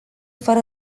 fără